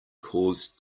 cause